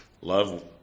Love